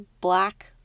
black